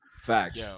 Facts